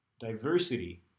diversity